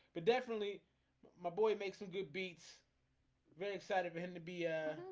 but definitely my boy make some good beats very excited for him to be a